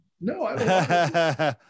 No